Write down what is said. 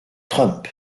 trump